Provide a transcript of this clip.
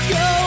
go